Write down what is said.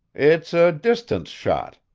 it's a distance-shot,